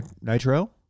Nitro